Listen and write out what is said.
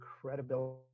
credibility